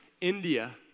India